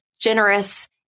generous